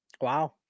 Wow